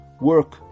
work